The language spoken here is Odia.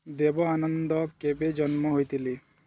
ଦେବ ଆନନ୍ଦ କେବେ ଜନ୍ମ ହୋଇଥିଲେ